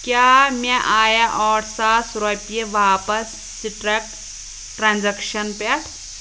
کیٛاہ مےٚ آیا ٲٹھ ساس رۄپیہِ واپس سِٹرَک ٹرانٛزیکشن پٮ۪ٹھٕ